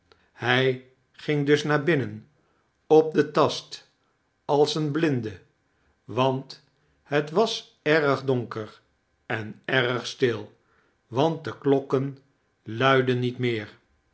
hij ging dus naar binnen op den tast als een blinde want net was erg donker en erg stil want de klokken luidden niet meer